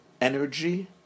Energy